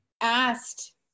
asked